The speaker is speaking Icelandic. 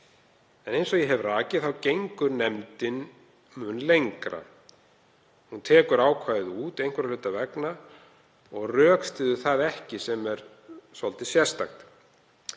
En eins og ég hef rakið gengur nefndin mun lengra. Hún tekur ákvæðið út einhverra hluta vegna og rökstyður það ekki, sem er svolítið sérstakt.